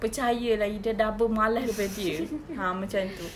percaya lah ida double malas daripada dia ha macam itu